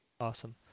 awesome